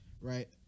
Right